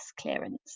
clearance